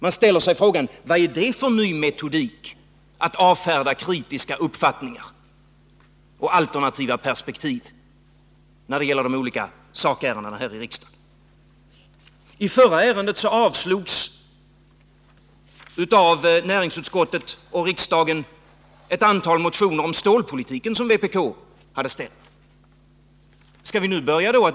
Man frågar sig om det är en ny metodik när det gäller att avfärda kritiska uppfattningar och alternativa perspektiv i olika sakärenden här i riksdagen. I det förra ärendet som var uppe till behandling hade näringsutskottet avstyrkt ett antal motioner från vpk i fråga om stålpolitiken. Riksdagen avslog också motionsyrkandena.